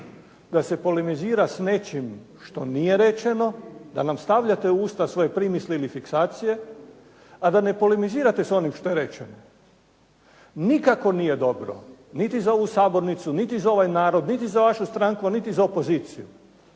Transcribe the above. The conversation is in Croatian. da se polemizira s nečim što nije rečeno, da nam stavljate u usta svoje primisli ili fiksacije a da ne polemizirate s onim što je rečeno. Nikako nije dobro niti za ovu Sabornicu, niti za ovaj narod, niti za vašu stranku a niti za opoziciju